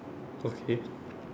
okay